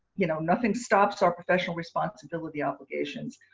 you know nothing stops our professional responsibility obligations.